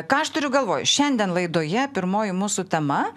ką aš turiu galvoj šiandien laidoje pirmoji mūsų tema